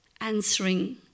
answering